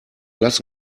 lass